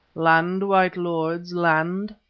land, white lords, land,